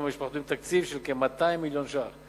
והמשפחתונים תקציב של כ-200 מיליון ש"ח.